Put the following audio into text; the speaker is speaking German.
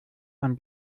ein